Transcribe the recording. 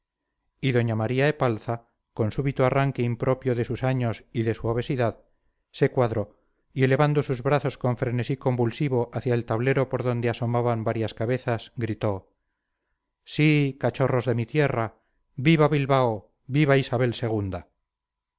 y doña maría epalza con súbito arranque impropio de sus años y de su obesidad se cuadró y elevando sus brazos con frenesí convulsivo hacia el tablero por donde asomaban varias cabezas gritó sí cachorros de mi tierra viva bilbao viva isabel